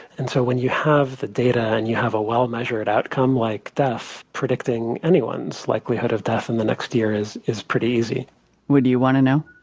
and so when you have that data and you have a well-measured outcome like death, predicting anyone's likelihood of death in the next year is is pretty easy would you want to know?